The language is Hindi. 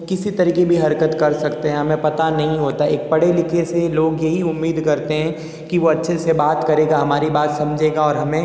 किसी तरीकी भी हरकत कर सकते हैं हमें पता नहीं होता है एक पढ़े लिखे से लोग यही उम्मीद करते हैं कि वो अच्छे से बात करेगा हमारी बात समझेगा और हमें